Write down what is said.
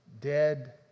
dead